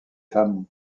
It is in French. femmes